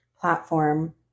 platform